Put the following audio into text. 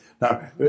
Now